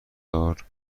دار